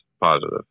positive